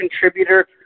contributor